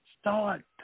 Start